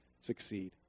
succeed